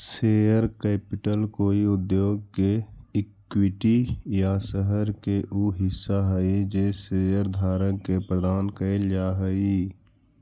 share capital कोई उद्योग के इक्विटी या शहर के उ हिस्सा हई जे शेयरधारक के प्रदान कैल जा हई